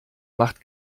macht